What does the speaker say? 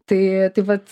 tai tai vat